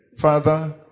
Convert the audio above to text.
Father